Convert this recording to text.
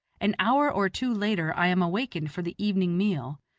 an hour or two later i am awakened for the evening meal.